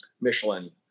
Michelin